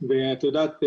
ואת יודעת,